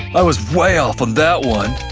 i was way off on that one!